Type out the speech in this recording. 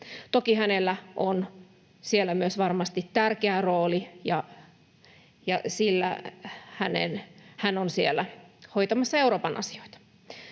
Toki hänellä on siellä myös varmasti tärkeä rooli ja siellä hän on hoitamassa Euroopan asioita.